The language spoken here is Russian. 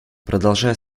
продолжая